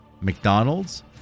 McDonald's